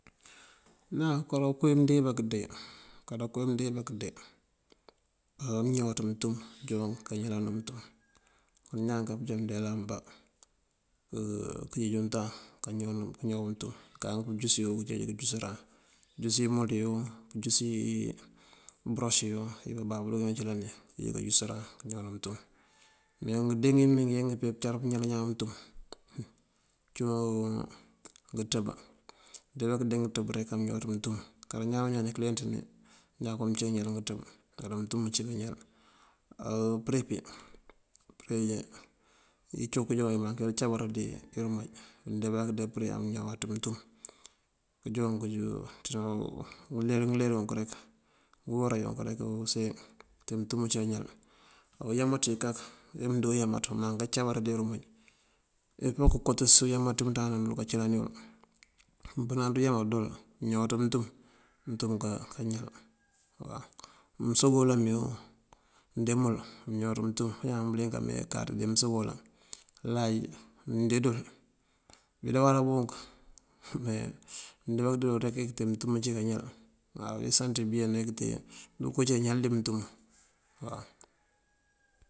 Ñaan karoo koowí mëndee wí këndee, kadoo koowí mëndee wí këndee amëñawaţ muntum joon kañáalanu muntum. Kon ñaan mënká pëjá mëndeela ambá kanjeej untaŋ kañaw muntum. Kar ujúsi yul yí kënjeej kënjúsëran. Ijúsi imul yuyun, pëjúsi bëros yuyun yël bababú joon cëlani yun kajúsëran kañawëna muntum. me ngëndee ngí mëmee eyi acar kañáalan ñaan muntum cúun ngëţëb. Mëndee bá kandee ngëţëb rek amëñawaţ muntum kar ñaan o ñaan mí këleenţ mí unjá untee uñáal ngëţëb, kar muntum cí kañáal. Á përe pí, përe icuk joon uwumaŋ kacabar ţí irumáaj. Mëndee bá këndee përe amëñawaţ muntum unjooŋ kajoo uler ngëler unk rek uhora unk rek ujároon use untee muntum cí kañáal. Uyámaţ wí kak, mënkadee uyámat uwamaŋ cabar dí irumáaj ekëmee këkooţës uyámat umënţandana mun unduka cëlani yël. Mënpënan uyámat dul amëñawaţ muntum, muntum kañáal waw. Mënsobela mí wu mëndee mul amëñawaţ muntum, bañaan bëliyëng amee mënká dí mënsobela. Mënláaj mëndee dul bí bawará bunk me mëndee bá këndee dul rek këntee muntum cí kañáal waw. Mënsanţ been rek kënntee dënko cí ñáal dí muntumu waw.